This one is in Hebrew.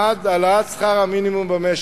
1. העלאת שכר המינימום במשק.